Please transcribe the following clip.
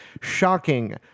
shocking